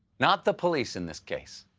not the police in this case.